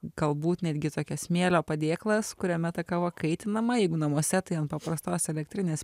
galbūt netgi tokia smėlio padėklas kuriame ta kava kaitinama jeigu namuose tai ant paprastos elektrinės